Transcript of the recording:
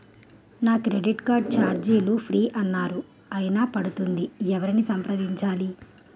నా credit card ఛార్జీలు free అన్నారు అయినా పడుతుంది ఎవరిని సంప్రదించాలి?